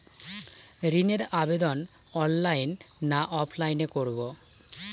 ঋণের আবেদন অনলাইন না অফলাইনে করব?